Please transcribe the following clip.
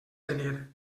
tenir